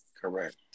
Correct